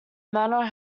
manor